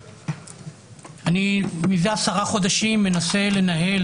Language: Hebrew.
זה עשרה חודשים אני מנסה לנהל